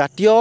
জাতীয়